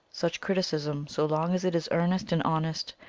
such criticism, so long as it is earnest and honest,